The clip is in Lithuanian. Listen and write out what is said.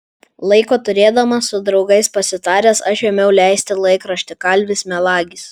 laiko turėdamas su draugais pasitaręs aš ėmiau leisti laikraštį kalvis melagis